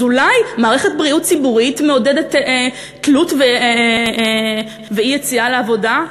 אז אולי מערכת בריאות ציבורית מעודדת תלות ואי-יציאה לעבודה?